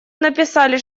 написали